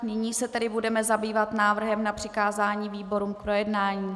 Nyní se tedy budeme zabývat návrhem na přikázání výborům k projednání.